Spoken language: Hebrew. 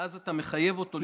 ואז אתה מחייב אותו להשתמש,